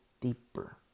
deeper